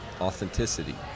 authenticity